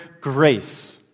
Grace